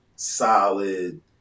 solid